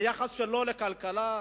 היחס שלו לכלכלה,